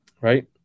Right